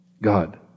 God